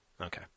Okay